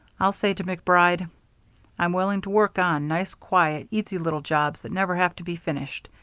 i'll say to macbride i'm willing to work on nice, quiet, easy little jobs that never have to be finished.